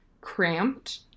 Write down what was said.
cramped